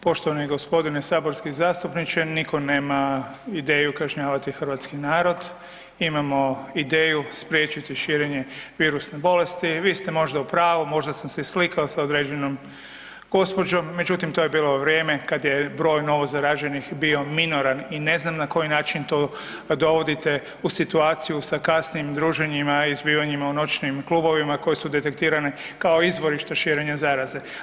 Poštovani gospodine saborski zastupniče, nitko nema ideju kažnjavati hrvatski narod, imamo ideju spriječiti širenje virusne bolesti, vi ste možda u pravu, možda sam se i slikao sa određenom gospođom, međutim to je bilo vrijeme kad je broj novozaraženih bio minoran i ne znam na koji način to dovodite u situaciju sa kasnijim druženjima i zbivanjima u noćnim klubovima koji su detektirani kao izvorišta širenja zaraze.